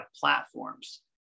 platforms